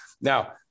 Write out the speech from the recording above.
Now